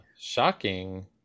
shocking